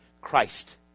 Christ